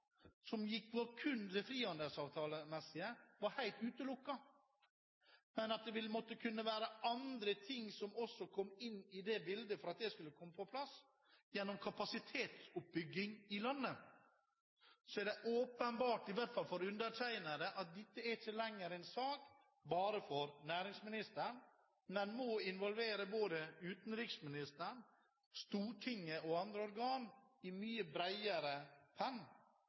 som gikk på kun det frihandelsavtalemessige, var helt utelukket, og at andre ting også måtte komme inn i bildet for at det skulle komme på plass, gjennom kapasitetsoppbygging i landet, er det åpenbart – i hvert fall for undertegnede – at dette ikke lenger er en sak bare for næringsministeren, men må involvere både utenriksministeren, Stortinget og andre organ med mye bredere penn.